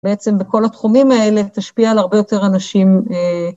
בעצם בכל התחומים האלה, תשפיע על הרבה יותר אנשים.